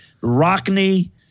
Rockney